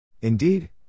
Indeed